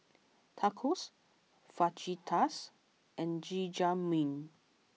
Tacos Fajitas and Jajangmyeon